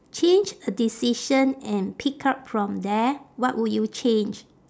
change a decision and pick up from there what would you change